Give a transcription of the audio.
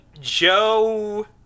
Joe